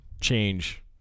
change